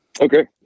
Okay